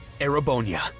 arabonia